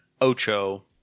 Ocho